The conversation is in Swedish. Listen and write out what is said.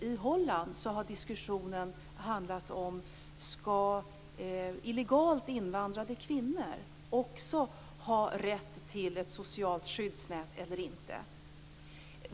I Holland har diskussionen handlat om huruvida illegalt invandrade kvinnor också skall ha rätt till ett socialt skyddsnät eller inte.